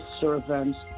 servants